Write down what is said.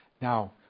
Now